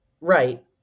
right